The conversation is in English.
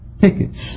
tickets